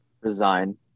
resign